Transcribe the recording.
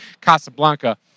Casablanca